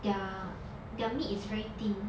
their their meat is very thin